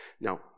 Now